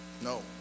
no